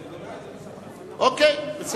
זה ודאי, זה מה שאני אומר.